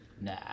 Nah